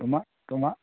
তোমাক তোমাক